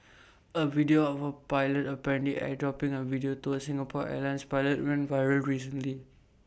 A video of A pilot apparently airdropping A video to an Singapore airlines pilot went viral recently